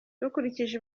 dukurikije